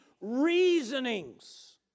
reasonings